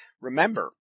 remember